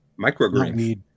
microgreens